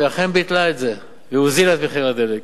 והיא אכן ביטלה את זה והורידה את מחירי הדלק.